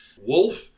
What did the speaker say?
Wolf